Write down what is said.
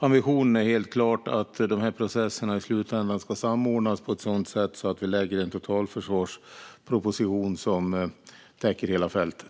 Ambitionen är helt klart att de processerna i slutänden ska samordnas på ett sådant sätt att vi kommer att lägga fram en totalförsvarsproposition som täcker hela fältet.